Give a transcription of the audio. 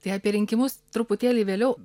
tai apie rinkimus truputėlį vėliau